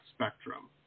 spectrum